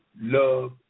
love